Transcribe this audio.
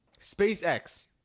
SpaceX